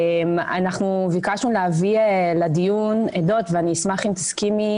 אנחנו ביקשנו להביא לדיון עדות ואני אשמח אם תסכימי